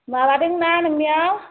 माबा दोंना नोंनियाव